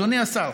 אדוני השר,